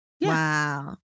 Wow